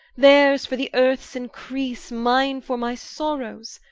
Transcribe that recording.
theirs for the earths encrease, mine for my sorrowes.